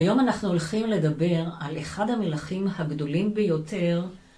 היום אנחנו הולכים לדבר על אחד המלכים הגדולים ביותר